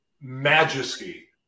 majesty